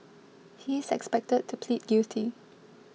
he is expected to plead guilty